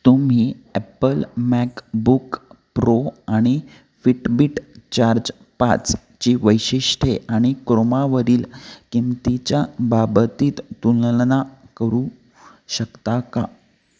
तुम्ही Apple MacBook Pro आणि Fitbit Charge पाचची वैशिष्ट्ये आणि क्रोमावरील किंमतीच्या बाबतीत तुलना करू शकता का